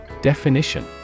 Definition